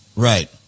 Right